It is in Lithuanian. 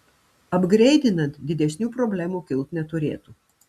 apgreidinant didesnių problemų kilt neturėtų